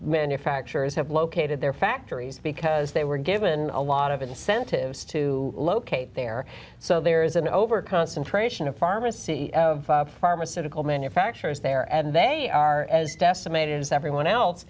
manufacturers have located their factories because they were given a lot of incentives to locate there so there is an over concentration of pharmacy pharmaceutical manufacturers there and they are as decimated as everyone else